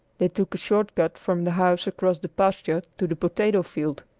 they took a short cut from the house across the pasture to the potato-field.